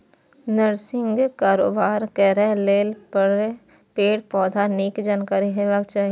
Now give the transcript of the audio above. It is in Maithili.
नर्सरीक कारोबार करै लेल पेड़, पौधाक नीक जानकारी हेबाक चाही